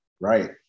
right